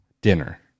dinner